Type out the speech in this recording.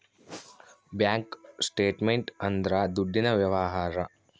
bank statement ಅಂದ್ರ ದುಡ್ಡಿನ ವ್ಯವಹಾರ